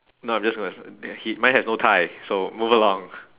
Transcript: no I'm just gonna they he mine has no tie so move along